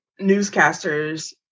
newscasters